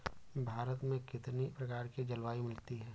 भारत में कितनी प्रकार की जलवायु मिलती है?